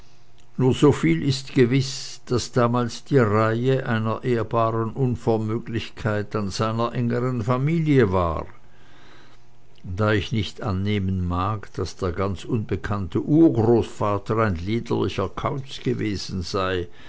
nur so viel ist gewiß daß damals die reihe einer ehrbaren unvermöglichkeit an seiner engeren familie war da ich nicht annehmen mag daß der ganz unbekannte urgroßvater ein liederlicher kauz gewesen sei